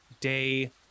day